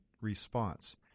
response